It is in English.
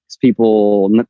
people